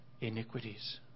iniquities